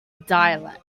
dialect